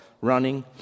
running